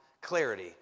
clarity